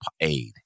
aid